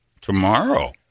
Tomorrow